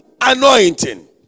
anointing